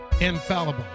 infallible